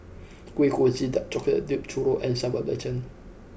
Kuih Kochi dark chocolate dipped Churro and Sambal Belacan